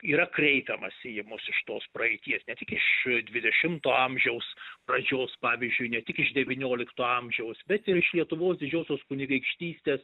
yra kreipiamasi į mus iš tos praeities ne tik iš dvidešimto amžiaus pradžios pavyzdžiui ne tik iš devyniolikto amžiaus bet ir iš lietuvos didžiosios kunigaikštystės